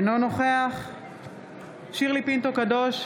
אינו נוכח שירלי פינטו קדוש,